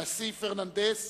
הנשיא פרננדז,